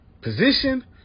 position